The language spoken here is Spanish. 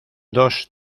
dos